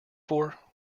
for